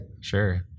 Sure